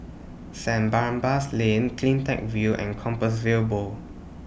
Saint Barnabas Lane CleanTech View and Compassvale Bow